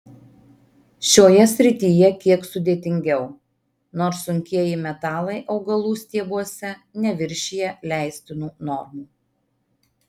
šioje srityje kiek sudėtingiau nors sunkieji metalai augalų stiebuose neviršija leistinų normų